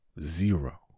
Zero